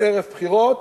ערב בחירות.